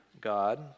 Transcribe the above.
God